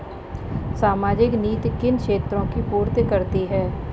सामाजिक नीति किन क्षेत्रों की पूर्ति करती है?